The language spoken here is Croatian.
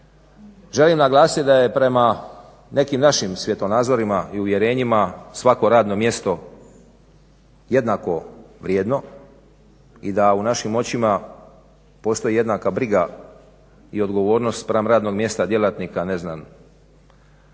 želim naglasiti da je prema nekim našim svjetonazorima i uvjerenjima svako radno mjesto jednako vrijedno i da u našim očima postoji jednaka briga i odgovornost spram radnog mjesta djelatnika ne znam